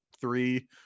three